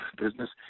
business